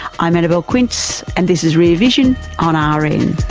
i'm annabelle quince and this is rear vision on ah rn